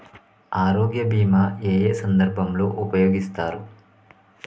ఆరోగ్య బీమా ఏ ఏ సందర్భంలో ఉపయోగిస్తారు?